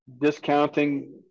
discounting